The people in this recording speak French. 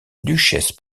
duchesse